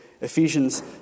Ephesians